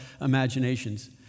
imaginations